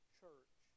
church